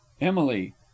emily